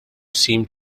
seemed